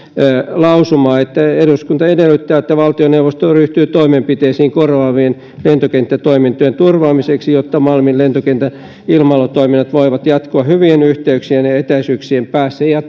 lausuma eduskunta edellyttää että valtioneuvosto ryhtyy toimenpiteisiin korvaavien lentokenttätoimintojen turvaamiseksi jotta malmin lentokentän ilmailutoiminnot voivat jatkua hyvien yhteyksien ja ja etäisyyksien päässä ja